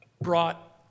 brought